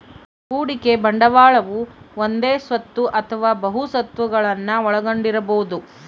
ಹೂಡಿಕೆ ಬಂಡವಾಳವು ಒಂದೇ ಸ್ವತ್ತು ಅಥವಾ ಬಹು ಸ್ವತ್ತುಗುಳ್ನ ಒಳಗೊಂಡಿರಬೊದು